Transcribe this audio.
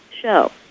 show